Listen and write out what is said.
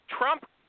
Trump